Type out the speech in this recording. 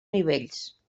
nivells